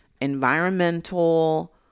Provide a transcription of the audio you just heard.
environmental